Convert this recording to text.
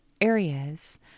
areas